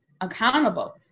accountable